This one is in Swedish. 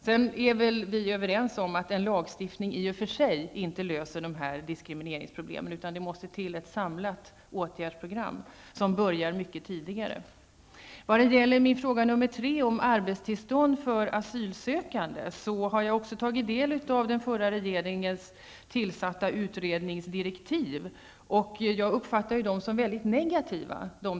Sedan är vi väl överens om att en lagstiftning i och för sig inte löser dessa diskrimineringsproblem utan att det måste till ett samlat åtgärdsprogram som börjar mycket tidigare. När det gäller min fråga nr 3 om arbetstillstånd för asylsökande har jag också tagit del av den förra regeringens tillsatta utredningsdirektiv. Jag uppfattar dem som mycket negativa.